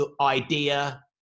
idea